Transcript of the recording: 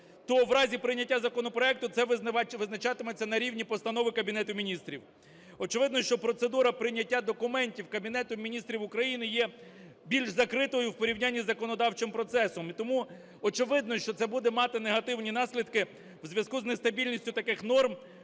то в разі прийняття законопроекту це визначатиметься на рівні постанови Кабінету Міністрів. Очевидно, що процедура прийняття документів Кабінетом Міністрів України є більш закритою в порівнянні з законодавчим процесом, і тому, очевидно, що це буде мати негативні наслідки у зв'язку з нестабільністю таких норм,